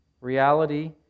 reality